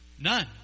None